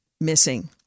missing